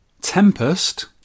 Tempest